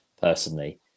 personally